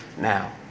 now